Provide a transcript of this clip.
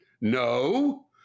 no